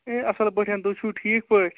ہے اَصٕل پٲٹھۍ تُہۍ چھُوٗ ٹھیٖک پٲٹھۍ